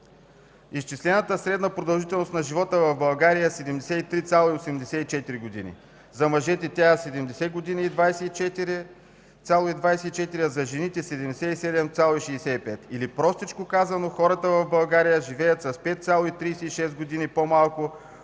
Изчислената средна продължителност на живота в България е 73,84 години. За мъжете тя е 70,24, а за жените е 77,65 години или простичко казано, хората в България живеят с 5,36 години по-малко